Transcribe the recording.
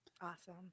Awesome